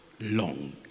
long